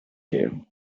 you